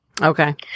Okay